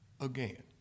again